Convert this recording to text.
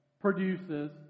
produces